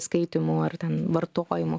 skaitymu ar ten vartojimu